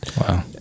Wow